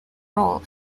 role